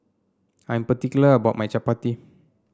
I'm particular about my Chapati